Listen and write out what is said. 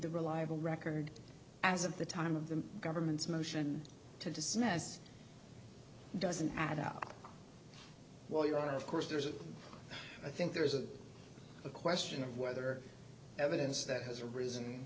the reliable record as of the time of the government's motion to dismiss doesn't add up well your honor of course there's a i think there is a question of whether evidence that has arisen